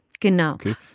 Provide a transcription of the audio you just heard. genau